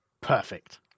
Perfect